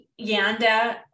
yanda